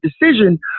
decision